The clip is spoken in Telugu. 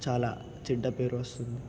చాలా చెడ్డ పేరు వస్తుంది